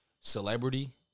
celebrity